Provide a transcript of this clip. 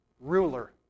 ruler